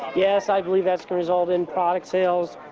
yes i believe that's gonna result in products sales.